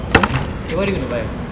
eh what are you going to buy